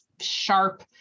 sharp